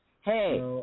Hey